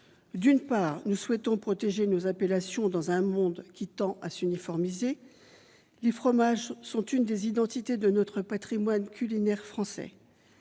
D'une part, nous souhaitons protéger nos appellations dans un monde qui tend à s'uniformiser. Les fromages sont l'une des identités de notre patrimoine culinaire français.